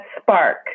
spark